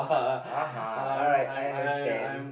uh alright I understand